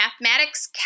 Mathematics